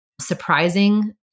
surprising